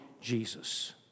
Jesus